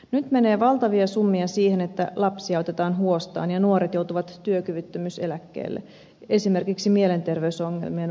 nyt menee valtavia summia siihen että lapsia otetaan huostaan ja nuoret joutuvat työkyvyttömyyseläkkeelle esimerkiksi mielenterveysongelmien vuoksi